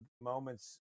moments